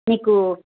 మీకు